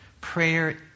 Prayer